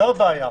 זו הבעיה.